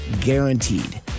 guaranteed